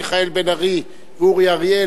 מיכאל בן-ארי ואורי אריאל,